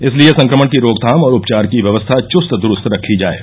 इसलिये संक्रमण की रोकथाम और उपचार की व्यवस्था चुस्त दुरूस्त रखी जाये